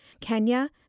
Kenya